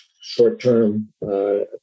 short-term